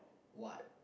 what